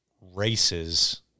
races